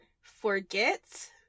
forget